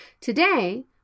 Today